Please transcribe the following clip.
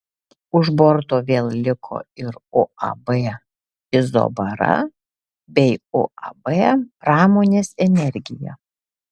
už borto vėl liko ir uab izobara bei uab pramonės energija